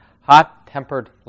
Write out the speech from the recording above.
hot-tempered